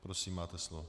Prosím, máte slovo.